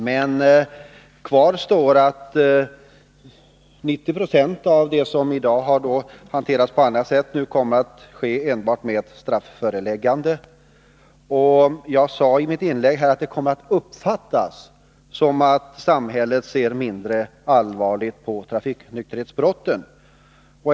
Men kvar står att 90 26 av de fall som i dag har hanterats på annat sätt kommer att enbart ges ett strafföreläggande. Jag sade i mitt inlägg att det kommer att uppfattas som att samhället ser mindre allvarligt på trafiknykterhetsbrotten.